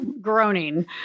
groaning